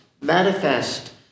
manifest